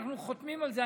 אנחנו חותמים על זה,